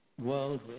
world